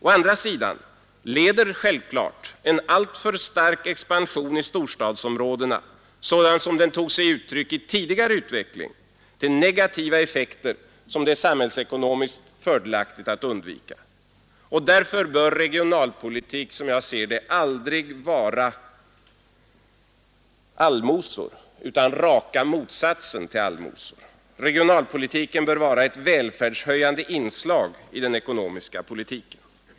Å andra sidan leder självklart en alltför stark expansion i storstadsområdena sådan den tog sig uttryck i tidigare utveckling till negativa effekter som det är samhällsekonomiskt fördelaktigt att undvika. Därför bör regionalpolitik som jag ser det aldrig vara allmosor utan raka motsatsen till allmosor; regionalpolitiken bör vara ett välfärdshöjande inslag i den ekonomiska politiken.